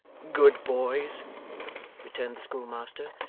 good boys returned the schoolmaster,